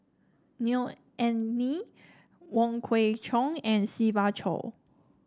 Neo Anngee Wong Kwei Cheong and Siva Choy